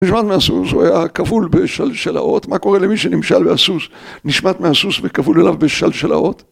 נשמט מהסוס, הוא היה כבול בשלשלאות, מה קורה למי שנמשל מהסוס, נשמט מהסוס, וכבול אליו בשלשלאות?